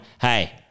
hey